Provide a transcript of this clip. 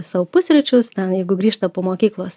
sau pusryčius ten jeigu grįžta po mokyklos